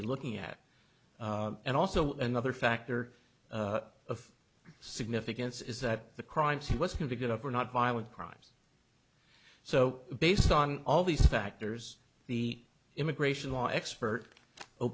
be looking at and also another factor of significance is that the crimes he was going to get up were not violent crimes so based on all these factors the immigration law expert o